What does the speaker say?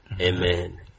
Amen